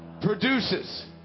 produces